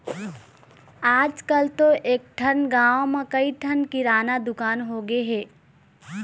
आजकल तो एकठन गाँव म कइ ठन किराना दुकान होगे हे